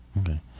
Okay